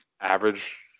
average